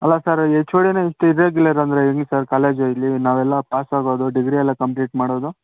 ಅಲ್ಲ sir H O ಡಿನೇ ಇಷ್ಟು ಇರ್ರೆಗ್ಯುಲರ್ ಅಂದರೆ ಹೆಂಗ್ ಸರ್ ಕಾಲೇಜು ಇಲ್ಲಿ ನಾವೆಲ್ಲ ಪಾಸ್ ಆಗೋದು ಡಿಗ್ರಿ ಎಲ್ಲ ಕಂಪ್ಲೀಟ್ ಮಾಡೋದು